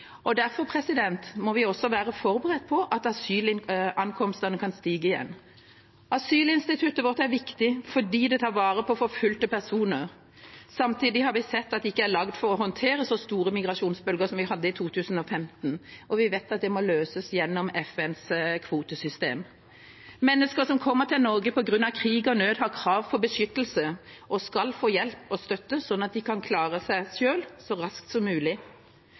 må vi også være forberedt på at asylankomstene kan stige igjen. Asylinstituttet vårt er viktig fordi det tar vare på forfulgte personer. Samtidig har vi sett at det ikke er lagd for å håndtere så store migrasjonsbølger som den vi hadde i 2015, og vi vet at det må løses gjennom FNs kvotesystem. Mennesker som kommer til Norge på grunn av krig og nød, har krav på beskyttelse og skal få hjelp og støtte, sånn at de kan klare seg selv så raskt som mulig.